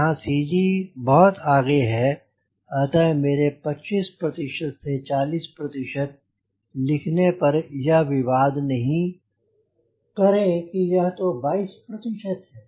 यहां C G बहुत आगे है अतः मेरे 25 से 40 लिखने पर यह विवाद नहीं हॉकी या तो 22 है